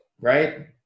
right